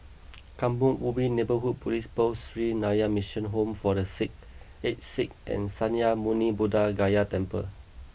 Kampong Ubi Neighbourhood Police Post Sree Narayana Mission Home for the sick Aged Sick and Sakya Muni Buddha Gaya Temple